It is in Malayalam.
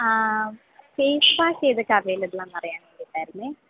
ഫേസ് പാക്ക് ഏതൊക്കെ അവൈലബിളാണെന്ന് അറിയാൻ വേണ്ടിയിട്ടായിരുന്നേ